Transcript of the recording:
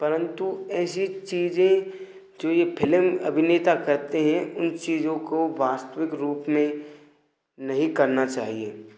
परंतु ऐसी चीज़ें जो ये फिलिम अभिनेता जो करते हैं ऐसी चीज़ों को वास्तविक रूप में नहीं करना चाहिए